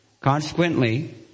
Consequently